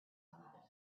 fatima